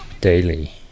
daily